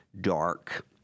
dark